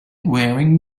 wearing